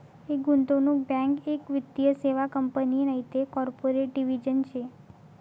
एक गुंतवणूक बँक एक वित्तीय सेवा कंपनी नैते कॉर्पोरेट डिव्हिजन शे